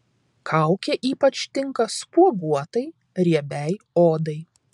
kaukė ypač tinka spuoguotai riebiai odai